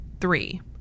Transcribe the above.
three